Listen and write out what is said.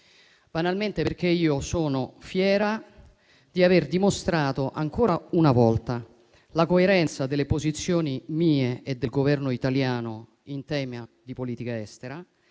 banalmente perché io sono fiera di aver dimostrato ancora una volta la coerenza delle posizioni mie e del Governo italiano in tema di politica estera